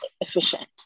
efficient